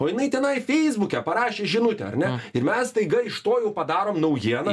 o jinai tenai feisbuke parašė žinutę ar ne ir mes staiga iš to jau padarom naujieną